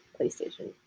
PlayStation